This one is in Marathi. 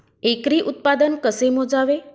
एकरी उत्पादन कसे मोजावे?